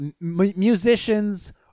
musicians